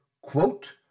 Quote